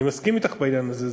אני מסכים אתך בעניין הזה,